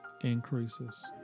increases